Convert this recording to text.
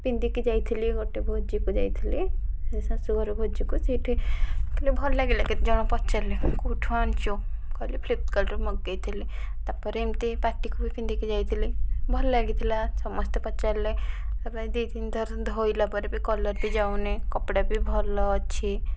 ପିନ୍ଧିକି ଯାଇଥିଲି ଗୋଟେ ଭୋଜିକୁ ଯାଇଥିଲି ସେ ଶାଶୁଘର ଭୋଜିକୁ ସେଇଠି ଭଲ ଲାଗିଲା କେତେଜଣ ପଚାରିଲେ କେଉଁଠୁ ଆଣିଛୁ କହିଲି ଫ୍ଲିପିକାର୍ଟରୁ ମଗାଇଥିଲି ତା'ପରେ ଏମିତି ପାର୍ଟିକୁ ବି ପିନ୍ଧିକି ଯାଇଥିଲି ଭଲ ଲାଗିଥିଲା ସମସ୍ତେ ପଚାରିଲେ ତା'ପରେ ଦୁଇ ତିନ ଥର ଧୋଇଲା ପରେ ବି କଲର ବି ଯାଉନି କପଡ଼ା ବି ଭଲ ଅଛି